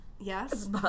Yes